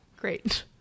Great